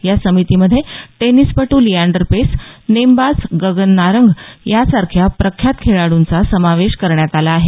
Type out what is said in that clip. या समितीमध्ये टेनीसपटू लिआंडर पेस नेमबाज गगन नारंग सारख्या प्रख्यात खेळाडूंचा समावेश करण्यात आला आहे